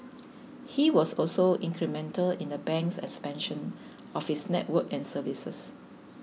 he was also incremental in the bank's expansion of its network and services